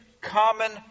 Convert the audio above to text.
common